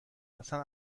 اصن